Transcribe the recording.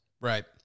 Right